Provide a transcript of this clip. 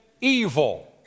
evil